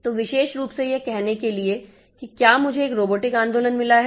तो विशेष रूप से यह कहने के लिए कि क्या मुझे एक रोबोटिक आंदोलन मिला है